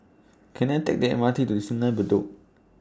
Can I Take The M R T to Sungei Bedok